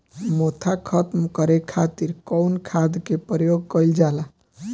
मोथा खत्म करे खातीर कउन खाद के प्रयोग कइल जाला?